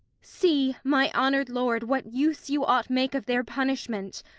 see, my honour'd lord, what use you ought make of their punishment.